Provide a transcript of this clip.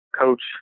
coach